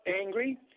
angry